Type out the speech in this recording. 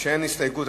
כשאין הסתייגות,